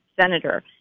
senator